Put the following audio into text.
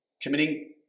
committing